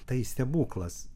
tai stebuklas